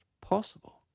possible